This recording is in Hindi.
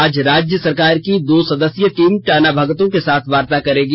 आज राज्य सरकार की दो सदस्यीय टीम टाना भगतों के साथ वार्ता करेगी